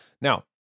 Now